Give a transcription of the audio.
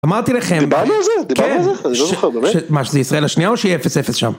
אמרתי לכם... דיברנו על זה, דיברנו על זה, זה לא זוכר באמת. מה, שזה ישראל השנייה או שהיא 0-0 שם?